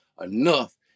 enough